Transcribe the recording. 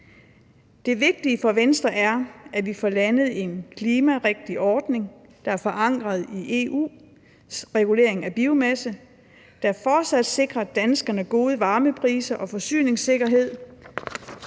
Det vigtige for Venstre er, at vi får landet en klimarigtig ordning, som er forankret i EU's regulering af biomasse, som fortsat sikrer danskerne gode varmepriser og forsyningssikkerhed